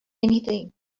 anything